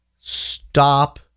stop